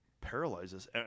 paralyzes